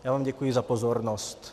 Já vám děkuji za pozornost.